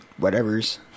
whatevers